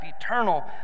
eternal